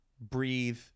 breathe